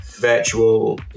virtual